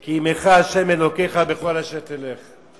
כי עמך ה' אלוקיך בכל אשר תלך.